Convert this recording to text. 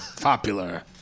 Popular